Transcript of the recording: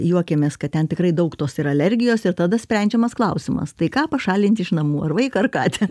juokiamės kad ten tikrai daug tos ir alergijos ir tada sprendžiamas klausimas tai ką pašalinti iš namų ar vaiką ar katę